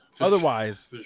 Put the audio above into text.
Otherwise